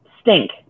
stink